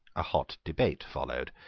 a hot debate followed.